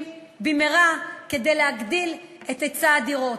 במהרה כדי להגדיל את היצע הדירות.